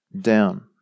down